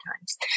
times